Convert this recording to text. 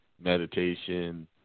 meditation